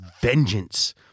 vengeance